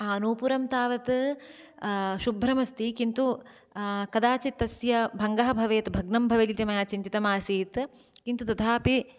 नूपुरं तावत् शुभ्रम् अस्ति किन्तु कदाचित् तस्य भङ्गः भवेत् भग्नं भवेत् इति मया चिन्तितमासीत् किन्तु तथापि